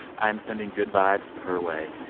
i am sending good vibes her way.